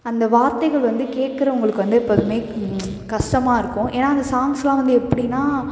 அந்த வார்த்தைகள் வந்து கேட்குறவுங்களுக்கு வந்து எப்போதுமே கஷ்டமா இருக்கும் ஏன்னால் அந்த சாங்ஸெலாம் வந்து எப்படின்னா